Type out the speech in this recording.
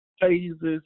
phases